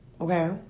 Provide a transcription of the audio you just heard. okay